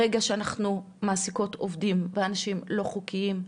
ברגע שאנחנו מעסיקות עובדים ואנשים לא חוקיים,